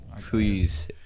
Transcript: Please